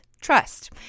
trust